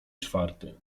czwarty